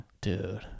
Dude